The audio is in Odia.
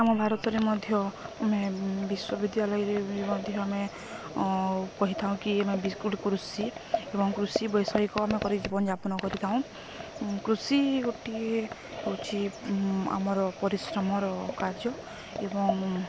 ଆମ ଭାରତରେ ମଧ୍ୟ ଆମେ ବିଶ୍ୱବିଦ୍ୟାଳୟରେ ବି ମଧ୍ୟ ଆମେ କହିଥାଉ କି ଆମେ ବିଜୁ କୃଷି ଏବଂ କୃଷି ବୈଷୟିକ ଆମେ କରି ଜୀବନ ଯାପନ କରିଥାଉଁ କୃଷି ଗୋଟିଏ ହେଉଛି ଆମର ପରିଶ୍ରମର କାର୍ଯ୍ୟ ଏବଂ